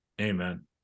Amen